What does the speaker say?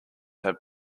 have